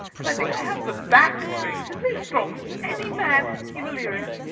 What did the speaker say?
and i think i have the back-trick simply as strong as any man in illyria.